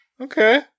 Okay